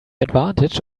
advantage